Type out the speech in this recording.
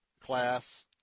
class